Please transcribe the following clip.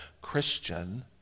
Christian